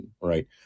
right